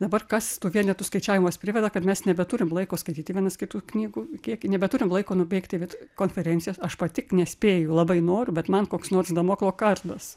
dabar kas tų vienetų skaičiavimas priveda kad mes nebeturim laiko skaityti vienas kitų knygų kiekį nebeturim laiko nubėgti vat konferencijos aš pati nespėju labai noriu bet man koks nors damoklo kardas